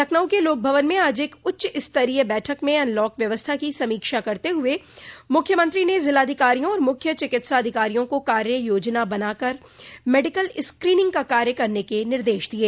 लखनऊ के लोकभवन में आज एक उच्चस्तरीय बैठक में अनलॉक व्यवस्था की समीक्षा करते हुए मुख्यमंत्री ने जिलाधिकारियों और मुख्य चिकित्साधिकारियों को कार्य योजना बनाकर मेडिकल स्क्रीनिंग का कार्य करने के निर्देश दिये